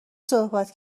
صحبت